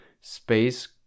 space